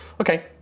Okay